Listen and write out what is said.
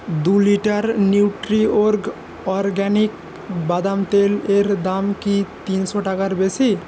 দু litre Nutriorg organic বাদাম তেলের দাম কি তিনশো টাকার বেশি